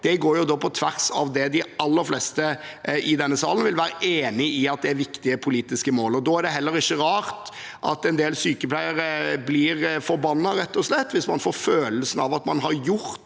går jo på tvers av det de aller fleste i denne salen vil være enig i at er viktige politiske mål. Da er det heller ikke rart at en del sykepleiere blir forbannet, rett og slett, hvis de får følelsen av at de har stått